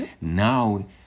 Now